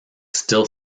still